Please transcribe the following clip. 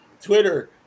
Twitter